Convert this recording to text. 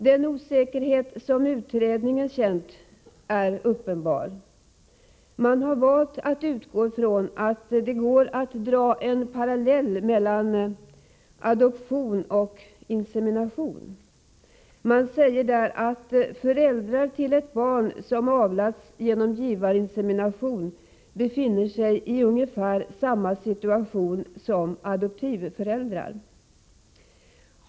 Den osäkerhet som utredningen känt är uppenbar. Man har där valt att utgå från att det går att dra en parallell mellan adoption och insemination. Man säger där att föräldrar till ett barn som avlats genom givarinsemination befinner sig i ungefär samma situation som adoptivföräldrar.